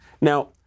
Now